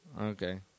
Okay